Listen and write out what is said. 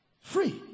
Free